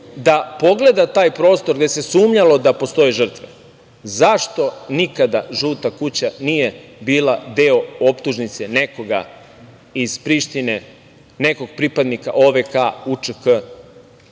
da pogleda taj prostor, gde se sumnjalo da postoje žrtve.Zašto nikada „žuta kuća“ nije bila deo optužnice, nekoga iz Prištine, nekog pripadnika OVK-a, UČK-a,